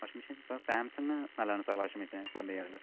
washing machine sir Samsung നല്ലതാണ് sir washing machine കമ്പനികളിൽ